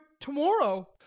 to-morrow